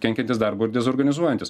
kenkiantis darbui ir dezorganizuojantis